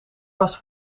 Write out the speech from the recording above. was